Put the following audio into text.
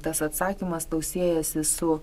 tas atsakymas tau siejasi su